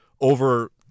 over